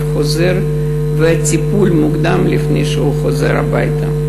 חוזר וטיפול מוקדם לפני שהוא חוזר הביתה.